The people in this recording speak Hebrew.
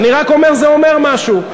אני רק אומר: זה אומר משהו.